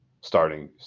starting